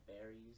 berries